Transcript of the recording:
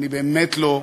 אני באמת לא,